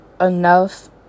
Enough